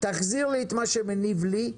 תחזיר לי את מה שמניב לי,